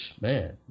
man